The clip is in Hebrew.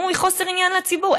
אמרו: מחוסר עניין לציבור.